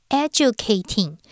educating